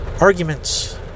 Arguments